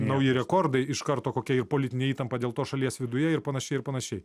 nauji rekordai iš karto kokia ir politinę įtampą dėl to šalies viduje ir panašiai ir panašiai